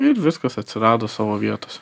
ir viskas atsirado savo vietose